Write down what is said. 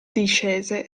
discese